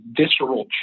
visceral